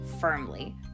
firmly